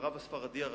לרב הספרדי הראשי,